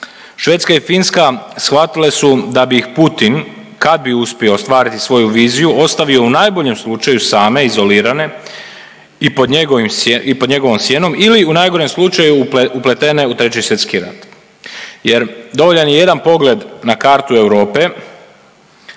Švedska i Finska shvatile su da bi ih Putin, kad bi uspio ostvariti svoju viziju, ostavio u najboljem slučaju same izolirane i pod njegovom sjenom ili u najgorem slučaju uplete u 3. svjetski rat, jer, dovoljan je jedan pogled na kartu Europe